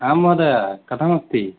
आं महोदये कथमस्ति